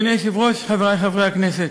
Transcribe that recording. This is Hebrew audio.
אדוני היושב-ראש, חברי חברי הכנסת,